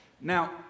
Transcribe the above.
Now